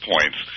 points